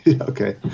Okay